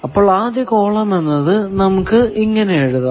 അപ്പോൾ ആദ്യ കോളം എന്നത് നമുക്ക് ഇങ്ങനെ പറയാം